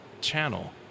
channel